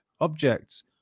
objects